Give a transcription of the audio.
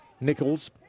Nichols